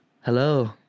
hello